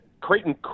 Creighton